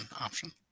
option